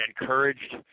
encouraged